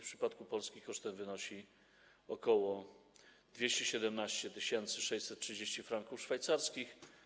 W przypadku Polski koszt ten wynosi ok. 217 630 franków szwajcarskich.